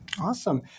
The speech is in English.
Awesome